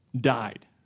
died